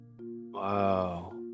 Wow